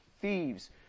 thieves